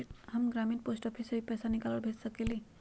हम ग्रामीण post office से भी पैसा निकाल और भेज सकेली?